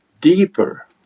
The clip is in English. deeper